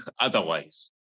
otherwise